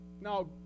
Now